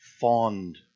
fond